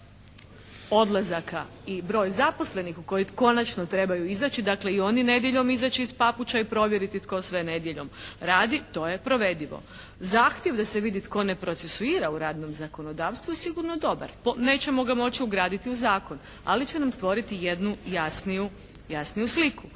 odlazaka i broj zaposlenih koji konačno trebaju izaći, dakle i oni nedjeljom izaći iz papuča i provjeriti tko sve nedjeljom radi, to je provedivo. Zahtjev da se vidi tko ne procesuira u radnom zakonodavstvu je sigurno dobar. Nećemo ga moći ugraditi u zakon, ali će nam stvoriti jednu jasniju sliku.